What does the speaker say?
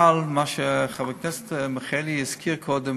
אבל מה שחבר הכנסת מיכאלי הזכיר קודם,